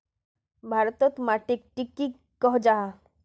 भारत तोत माटित टिक की कोहो जाहा?